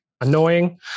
Annoying